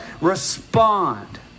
respond